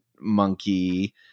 monkey